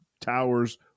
towers